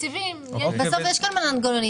בסוף יש כאן מנגנונים.